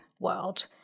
world